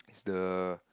it's the